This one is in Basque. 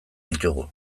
ditugu